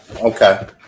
Okay